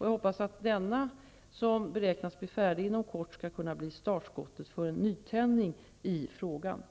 Jag hoppas att denna, som beräknas bli färdig inom kort, skall kunna bli startskottet för en nytändning i frågan.